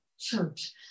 church